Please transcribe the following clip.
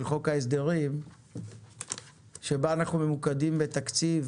חוק ההסדרים שבה אנחנו ממוקדים בתקציב